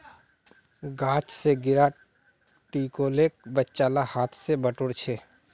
गाछ स गिरा टिकोलेक बच्चा ला हाथ स बटोर छ